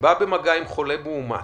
שבא במגע עם חולה מאומת,